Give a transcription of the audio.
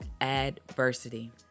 adversity